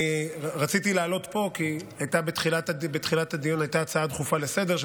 אני רציתי לעלות כי בתחילת הדיון הייתה הצעה דחופה לסדר-היום,